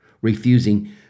refusing